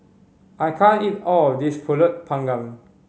I can't eat all of this Pulut Panggang